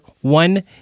one